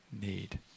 need